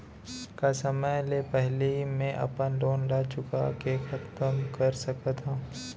का समय ले पहिली में अपन लोन ला चुका के खतम कर सकत हव?